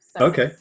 Okay